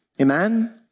Amen